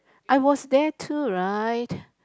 I was there too right